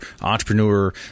entrepreneur